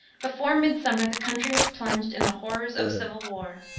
before midsummer, the country was plunged in the horrors of civil war.